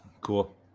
Cool